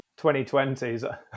2020s